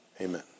Amen